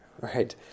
right